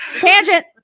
Tangent